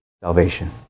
salvation